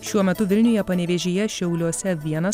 šiuo metu vilniuje panevėžyje šiauliuose vienas